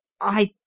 I